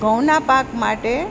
ઘઉંના પાક માટે